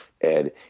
Ed